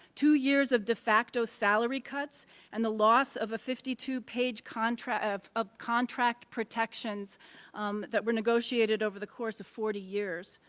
two years of defective salary cuts and the loss of a fifty two page of of contract protections that were negotiated over the course of forty years.